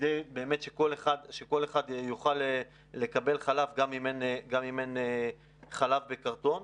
כדי שבאמת כל אחד יוכל לקבל חלב גם אם אין חלב בקרטון,